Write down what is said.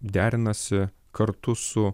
derinasi kartu su